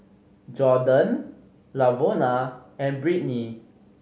Jorden Lavona and Britni